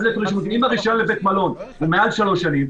אם הרישיון לבית מלון הוא מעל שלוש שנים,